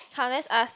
come let's ask